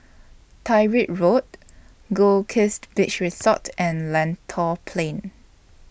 Tyrwhitt Road Goldkist Beach Resort and Lentor Plain